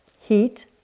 heat